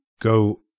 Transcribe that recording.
go